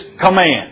command